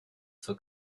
for